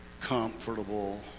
comfortable